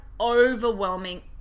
overwhelming